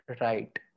right